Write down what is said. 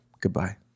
Goodbye